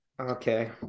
Okay